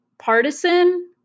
partisan